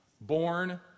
born